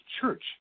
church